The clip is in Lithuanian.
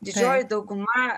didžioji dauguma